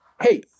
Hey